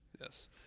Yes